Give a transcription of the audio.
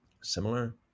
Similar